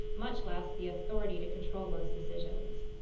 much less the authority to control those decisions.